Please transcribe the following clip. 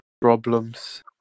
...problems